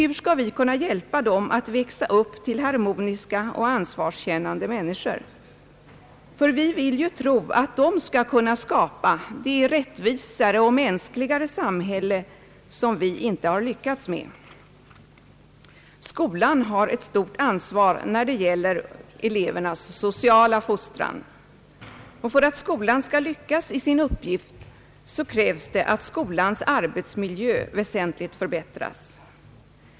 Hur skall vi kunna hjälpa dem att växa upp till harmoniska och ansvarskännande människor, ty vi vill ju tro att de skall kunna skapa det rättvisare och mänskligare samhälle som vi inte har lyckats med? Skolan har ett stort ansvar när det gäller elevernas sociala fostran. För att skolan skall lyckas i sin uppgift, krävs att skolans arbetsmiljö väsentligt förbättras.